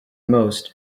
most